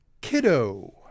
kiddo